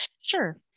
sure